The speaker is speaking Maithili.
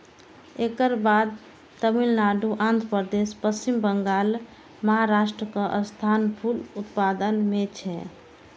एकर बाद तमिलनाडु, आंध्रप्रदेश, पश्चिम बंगाल, महाराष्ट्रक स्थान फूल उत्पादन मे छै